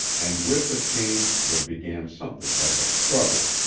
and with the change there began something like a struggle.